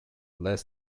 less